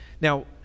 Now